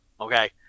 Okay